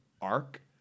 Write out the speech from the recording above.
arc